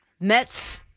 Mets